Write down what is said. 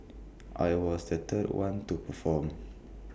I was the third one to perform